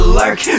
lurk